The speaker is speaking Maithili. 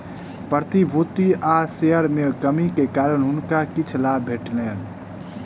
प्रतिभूति आ शेयर में कमी के कारण हुनका किछ लाभ भेटलैन